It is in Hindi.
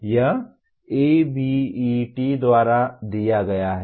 यह ABET द्वारा दिया गया है